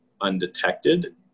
undetected